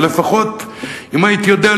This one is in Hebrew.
אבל לפחות אם הייתי יודע,